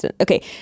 Okay